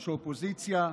ראש האופוזיציה,